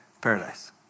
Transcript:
paradise